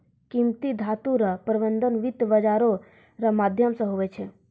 कीमती धातू रो प्रबन्ध वित्त बाजारो रो माध्यम से हुवै छै